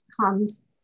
comes